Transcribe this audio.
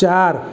ચાર